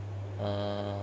err